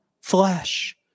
flesh